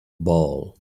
ball